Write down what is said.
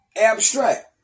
abstract